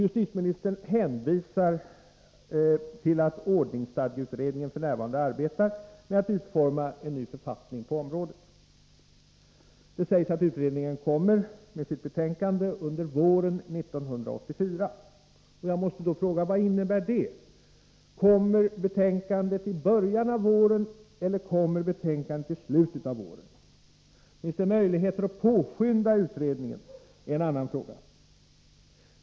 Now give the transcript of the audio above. Justitieministern hänvisar till att ordningsstadgeutredningen f. n. arbetar med att utforma en ny författning på området. Det sägs att utredningen kommer med sitt betänkande under våren 1984. Jag måste då fråga: Vad innebär det? Kommer betänkandet i början eller i slutet av våren? Finns det möjligheter att påskynda utredningen?